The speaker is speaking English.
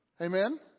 Amen